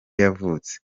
yavutse